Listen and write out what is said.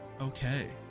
Okay